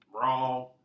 Wrong